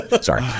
Sorry